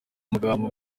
magambo